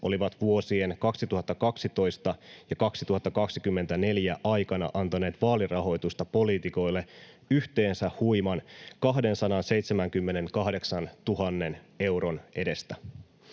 olivat vuosien 2012—2024 aikana antaneet vaalirahoitusta poliitikoille yhteensä huiman 278 000 euron edestä.